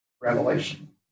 Revelation